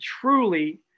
truly